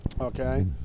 okay